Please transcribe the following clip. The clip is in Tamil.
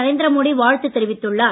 நரேந்திர மோடி வாழ்த்து தெரிவித்துள்ளார்